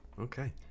Okay